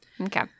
Okay